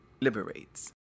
liberates